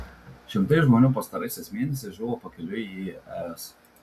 šimtai žmonių pastaraisiais mėnesiais žuvo pakeliui į es